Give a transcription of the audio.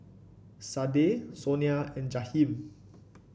Sadye Sonia and Jahiem